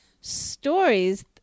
stories